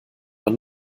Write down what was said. man